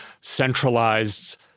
centralized